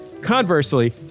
Conversely